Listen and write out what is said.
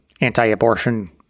anti-abortion